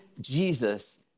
Jesus